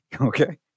okay